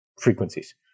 frequencies